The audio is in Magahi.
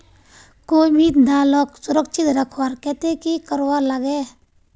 कोई भी दालोक सुरक्षित रखवार केते की करवार लगे?